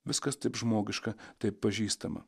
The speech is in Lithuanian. viskas taip žmogiška taip pažįstama